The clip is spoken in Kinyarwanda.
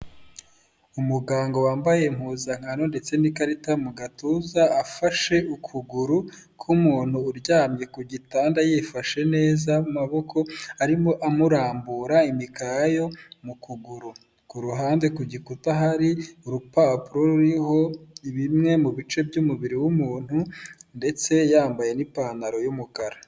Umuganga wambaye impuzankano ndetse n'ikarita mu gatuza, afashe ukuguru kw'umuntu uryamye ku gitanda yifashe neza mu maboko, arimo amurambura imikayo mu kuguru. Ku ruhande kugikuta hari urupapuro ruriho bimwe mu bice by'umubiri w'umuntu ndetse yambaye n'ipantaro y'umukara.